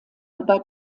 bei